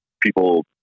people